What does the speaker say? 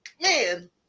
man